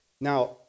Now